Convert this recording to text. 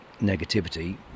negativity